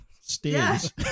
stairs